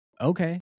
okay